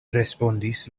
respondis